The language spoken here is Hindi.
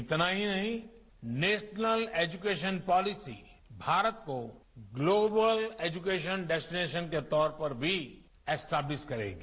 इतना ही नहीं नेशनल एजुकेशन पॉलिसी भारत को ग्लोबल एजुकेशन डेस्टीनेशन के तौर पर भी इस्टेब्लिस करेगी